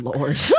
Lord